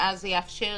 ואז זה יאפשר